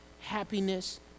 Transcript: happiness